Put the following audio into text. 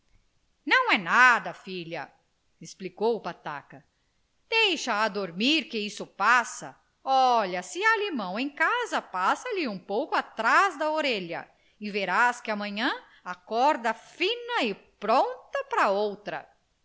não é nada filha explicou o pataca deixe-a dormir que isso passa olha se há limão em casa passa-lhe um pouco atrás da orelha e veras que amanhã acorda fina e pronta pra outra